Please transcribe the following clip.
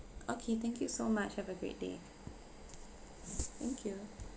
okay thank you so much have a great day thank you